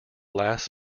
last